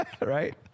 Right